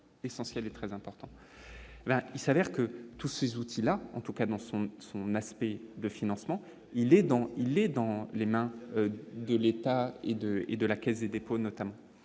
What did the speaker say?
il s'avère que tous ces outils-là en tout cas dans son son aspect de financement, il est dans il est dans les mains de l'État et de et de la Caisse des dépôts, notamment,